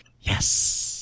yes